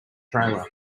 trailer